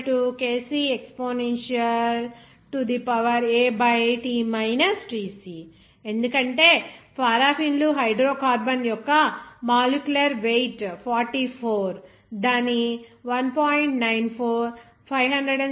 K Kc exp A ఎందుకంటే పారాఫిన్లు hydrocarbon యొక్క మాలిక్యులర్ వెయిట్ 44 దాని 1